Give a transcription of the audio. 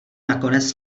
nakonec